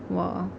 !wah!